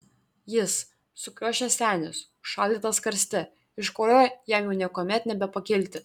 jis sukriošęs senis užšaldytas karste iš kurio jam jau niekuomet nebepakilti